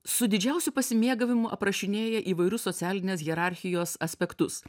su didžiausiu pasimėgavimu aprašinėja įvairius socialinės hierarchijos aspektus